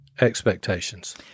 expectations